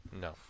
No